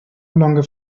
longer